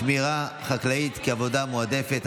שמירה חקלאית כעבודה מועדפת),